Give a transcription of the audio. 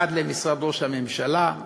עד למשרד ראש הממשלה,